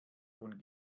von